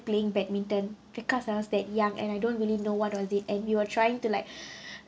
playing badminton because I was that young and I don't really know what was it and you were trying to like